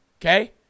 Okay